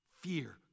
fear